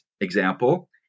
example